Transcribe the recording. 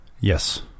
Yes